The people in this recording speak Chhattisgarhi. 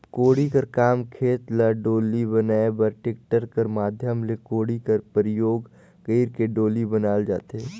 कोड़ी कर काम खेत ल डोली बनाए बर टेक्टर कर माध्यम ले कोड़ी कर परियोग कइर के डोली बनाल जाथे